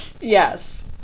yes